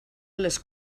les